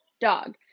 dog